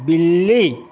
बिल्ली